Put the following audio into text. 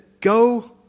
go